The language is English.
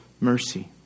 mercy